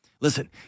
Listen